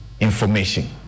information